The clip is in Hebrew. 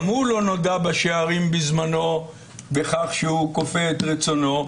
גם הוא לא נודע בשערים בזמנו בכך שהוא כופה את רצונו,